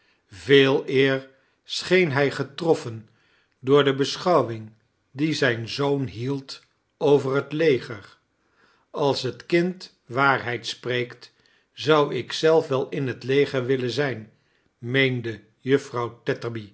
veeleer scheen hi getroffen door de beschouwing die zijn zoon hield over het leger als het kind waarheid spreekt zou ik zelf wel in het leger willen zijn meende juffrouw